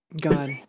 God